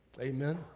amen